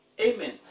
Amen